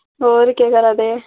होर केह् करा दे